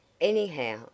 Anyhow